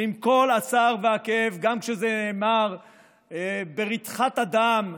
ועם כל הצער והכאב, גם כשזה נאמר ברתחת הדם,